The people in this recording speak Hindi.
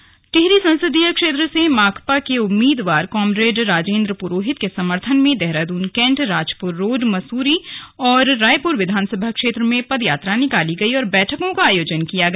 माकपा प्रचार माकपा के उम्मीदवार कॉमरेड राजेन्द्र पुरोहित के समर्थन में देहरादून कैन्ट राजपुर रोड मसूरी और रायपुर विधानसभा क्षेत्र में पदयात्रा निकाली गई और बैठकों का आयोजन किया गया